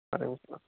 وعلیکم السلام